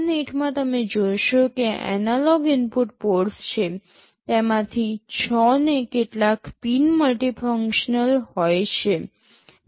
CN8 માં તમે જોશો કે એનાલોગ ઇનપુટ પોર્ટ્સ છે તેમાંથી ૬ ને કેટલાક પિન મલ્ટિફંક્શનલ હોય છે